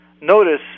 Notice